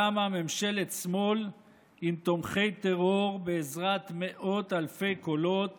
קמה ממשלת שמאל עם תומכי טרור בעזרת מאות אלפי קולות